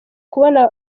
kubona